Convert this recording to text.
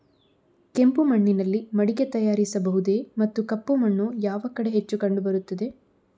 ಕೆಂಪು ಮಣ್ಣಿನಲ್ಲಿ ಮಡಿಕೆ ತಯಾರಿಸಬಹುದೇ ಮತ್ತು ಕಪ್ಪು ಮಣ್ಣು ಯಾವ ಕಡೆ ಹೆಚ್ಚು ಕಂಡುಬರುತ್ತದೆ?